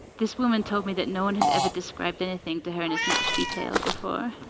this woman told me that no one had ever described anything to her in as much detail before